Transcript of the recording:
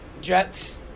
Jets